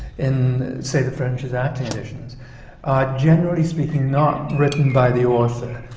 in, say, the french's acting editions are generally speaking not written by the author.